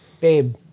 Babe